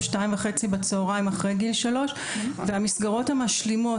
14:30 בצהריים אחרי גיל שלוש; והמסגרות המשלימות,